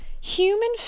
Human